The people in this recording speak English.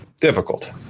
difficult